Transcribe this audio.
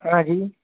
हाँ जी